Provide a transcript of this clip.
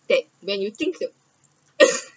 that when you think to